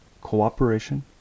cooperation